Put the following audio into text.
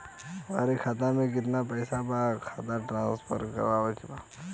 हमारे खाता में कितना पैसा बा खाता ट्रांसफर करावे के बा?